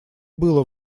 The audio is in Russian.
было